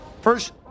first